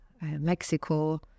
Mexico